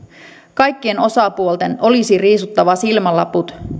kaikkien osapuolten olisi riisuttava silmälaput